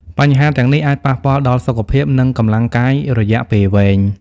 បញ្ហាទាំងនេះអាចប៉ះពាល់ដល់សុខភាព និងកម្លាំងកាយរយៈពេលវែង។